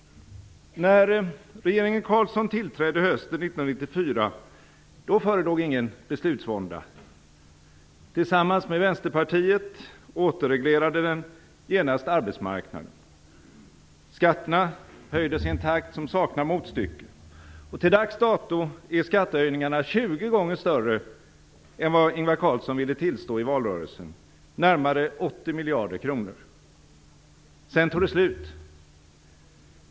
När regeringen Carlsson tillträdde hösten 1994, förelåg ingen beslutsvånda. Tillsammans med Vänsterpartiet återreglerade den genast arbetsmarknaden. Skatterna höjdes i en takt som saknar motstycke. Till dags dato är skattehöjningarna 20 gånger större än vad Ingvar Carlsson ville tillstå i valrörelsen, närmare 80 miljarder kronor. Sedan tog det slut.